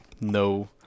no